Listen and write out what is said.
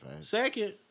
Second